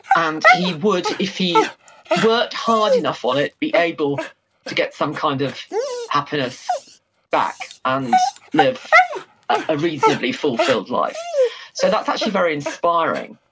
and he would, if he worked hard enough on it, be able to get some kind of happiness back, and live a reasonably fulfilled life so that's actually very inspiring.